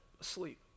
asleep